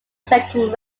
second